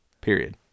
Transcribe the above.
Period